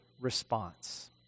response